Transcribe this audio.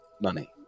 money